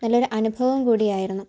നല്ലൊരു അനുഭവം കൂടി ആയിരുന്നു